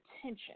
attention